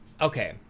okay